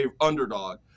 underdog